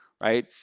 Right